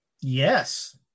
Yes